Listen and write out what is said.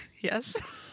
Yes